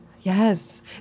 Yes